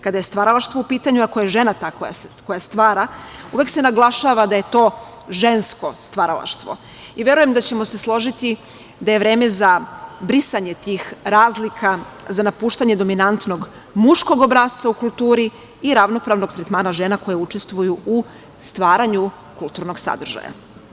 Kada je stvaralaštvo u pitanju, ako je žena ta koja stvara uvek se naglašava da je to žensko stvaralaštvo i verujem da ćemo se složiti da je vreme za brisanje tih razlika za napuštanje dominantnog muškog obrasca o kulturi i ravnopravnog tretmana žena koje učestvuju u stvaranju kulturnog sadržaja.